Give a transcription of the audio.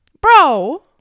bro